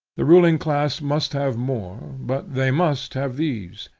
the ruling class must have more, but they must have these,